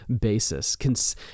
basis